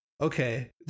okay